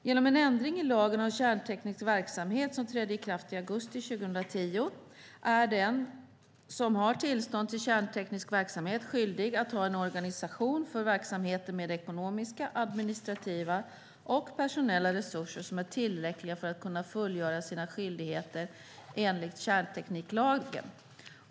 Genom en ändring i lagen om kärnteknisk verksamhet som trädde i kraft i augusti 2010 är den som har tillstånd till kärnteknisk verksamhet skyldig att ha en organisation för verksamheten med ekonomiska, administrativa och personella resurser som är tillräckliga för att kunna fullgöra sina skyldigheter enligt kärntekniklagen.